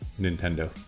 Nintendo